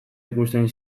ikusten